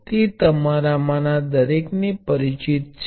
તેમ અહીયા આ ની મંજૂરી નથી